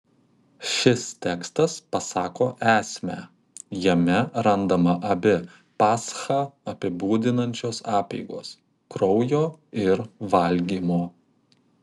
šis tekstas pasako esmę jame randama abi paschą apibūdinančios apeigos kraujo ir valgymo